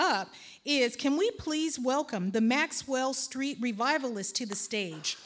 up is can we please welcome the maxwell street revivalist to the stage